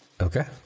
Okay